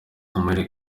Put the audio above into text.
muhire